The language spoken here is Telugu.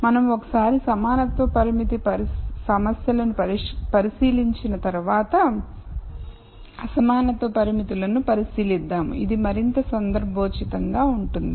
మనం ఒకసారి సమానత్వ పరిమితి సమస్యలను పరిశీలించిన తర్వాత ఆసమానత్వ పరిమితులను పరిశీలిద్దాము ఇది మరింత సందర్భోచితంగా ఉంటుంది